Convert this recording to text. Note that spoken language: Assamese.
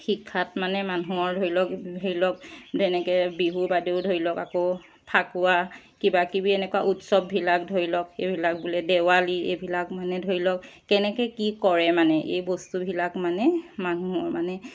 শিক্ষাত মানে মানুহৰ ধৰি লওক ধৰি লওক যেনেকৈ বিহু বাদেও ধৰি লওক আকৌ ফাকুৱা কিবা কিবি এনেকুৱা উৎসৱবিলাক ধৰি লওক এইবিলাক বোলে দেৱালী এইবিলাক মানে ধৰি লওক কেনেকৈ কি কৰে মানে এই বস্তুবিলাক মানে মানুহৰ মানে